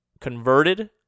converted